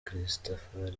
christafari